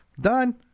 Done